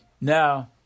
Now